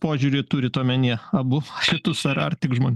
požiūrį turit omeny abu šitus ar ar tik žmonių